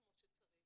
כמו שצריך.